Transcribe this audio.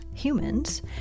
humans